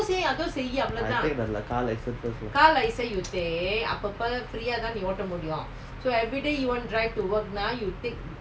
I take the car license first lah